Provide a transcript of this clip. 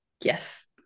Yes